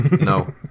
No